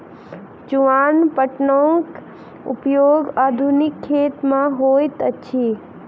चुआन पटौनीक उपयोग आधुनिक खेत मे होइत अछि